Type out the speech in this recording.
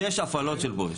שש הפעלות של "בואש".